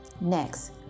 Next